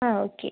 അ okay